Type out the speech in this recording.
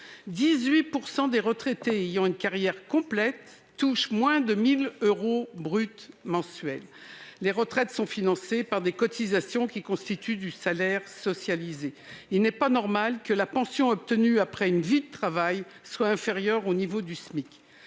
18 % des retraités ayant une carrière complète touchent moins de 1 000 euros bruts mensuels. Pourtant, les retraites sont financées par des cotisations qui constituent du salaire socialisé. Il n'est dès lors pas normal que la pension obtenue après une vie de travail soit inférieure au niveau du SMIC.